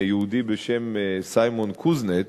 יהודי בשם סיימון קוזנץ,